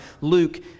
Luke